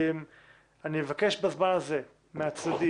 אני אבקש בזמן הזה מהצדדים